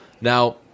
Now